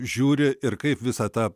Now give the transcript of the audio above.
žiūri ir kaip visą tą